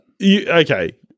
Okay